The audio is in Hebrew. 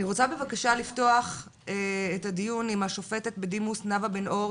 אני רוצה בבקשה לפתוח את הדיון עם השופטת בדימוס נאווה בן אור,